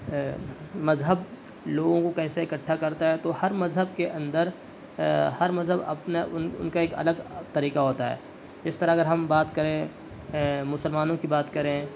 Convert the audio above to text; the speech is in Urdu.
مذہب لوگوں کو کیسے اکٹھا کرتا ہے تو ہر مذہب کے اندر ہر مذہب اپنا ان کا ایک الگ طریقہ ہوتا ہے اس طرح اگر ہم بات کریں مسلمانوں کی بات کریں